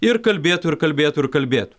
ir kalbėtų ir kalbėtų ir kalbėtų